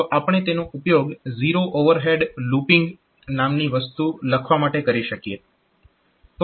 તો આપણે તેનો ઉપયોગ ઝીરો ઓવરહેડ લૂપીંગ નામની વસ્તુ લખવા માટે કરી શકીએ